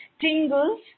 Tingles